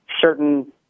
certain